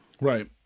Right